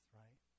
right